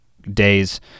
days